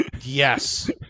Yes